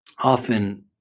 often –